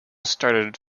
started